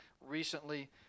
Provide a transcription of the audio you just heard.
recently